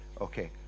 Okay